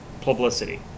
publicity